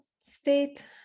state